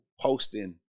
posting